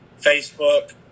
Facebook